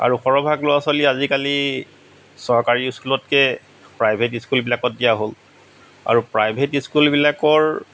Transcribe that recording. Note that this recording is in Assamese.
আৰু সৰহ ভাগ ল'ৰা ছোৱালী আজিকালি চৰকাৰী স্কুলতকৈ প্ৰাইভেট স্কুলবিলাকত দিয়া হ'ল আৰু প্ৰাইভেট স্কুলবিলাকৰ